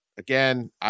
Again